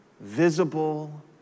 visible